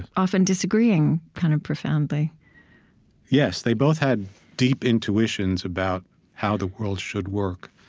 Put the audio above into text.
often, disagreeing kind of profoundly yes. they both had deep intuitions about how the world should work,